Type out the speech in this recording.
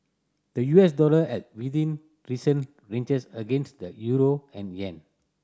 the U S dollar held within recent ranges against the euro and yen